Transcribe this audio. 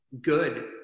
good